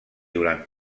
durant